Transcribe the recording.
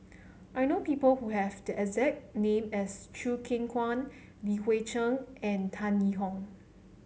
I know people who have the exact name as Choo Keng Kwang Li Hui Cheng and Tan Yee Hong